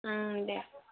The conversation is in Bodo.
दे